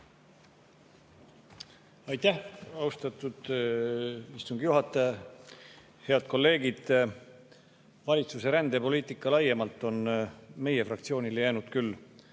Aitäh, austatud istungi juhataja! Head kolleegid! Valitsuse rändepoliitika laiemalt on meie fraktsioonile jäänud küll